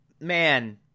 man